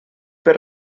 per